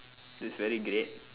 it's very great